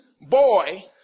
boy